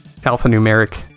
alphanumeric